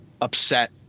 upset